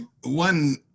one